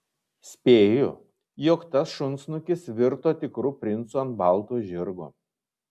spėju jog tas šunsnukis virto tikru princu ant balto žirgo